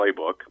playbook